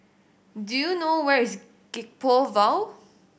do you know where is Gek Poh Ville